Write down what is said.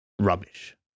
rubbish